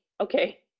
Okay